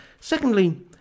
Secondly